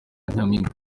nyampinga